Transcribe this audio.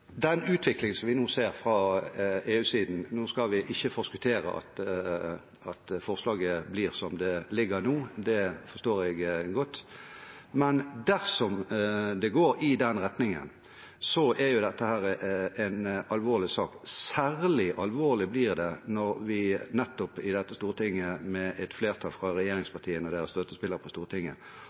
den utviklingen som vi nå ser fra EU-siden: Vi skal ikke forskuttere at forslaget blir som det foreligger nå – det forstår jeg godt – men dersom det går i den retningen, er dette en alvorlig sak. Særlig alvorlig blir det når vi nettopp i dette storting, med et flertall fra regjeringspartiene og deres støttespillere på Stortinget,